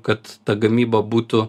kad ta gamyba būtų